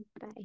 bye